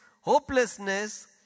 hopelessness